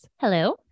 hello